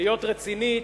להיות רצינית,